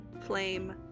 flame